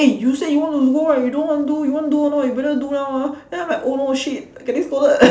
eh you say you want to go right you don't want to do you want do or not you better do now ah then I'm like oh shit I'm getting scolded